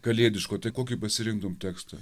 kalėdiško tai kokį pasirinktum tekstą